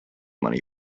money